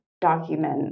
document